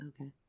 Okay